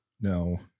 No